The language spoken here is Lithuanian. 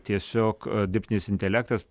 tiesiog dirbtinis intelektas